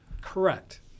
Correct